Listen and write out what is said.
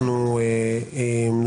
כמובן אם יש שינויים קטנים,